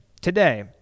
today